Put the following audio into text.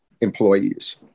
employees